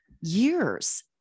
years